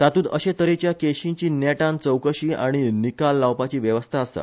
तातुंत अशे तरेच्या केशींची नेटान चवकशी आनी निकाल लावपाची व्यवस्था आसा